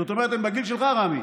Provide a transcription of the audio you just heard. זאת אומרת הם בגיל שלך, רמי.